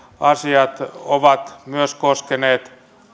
asiat ovat myös koskeneet